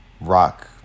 rock